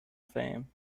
fame